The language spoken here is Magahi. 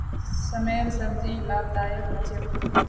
सेमेर सब्जी लाभदायक ह छेक